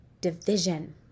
division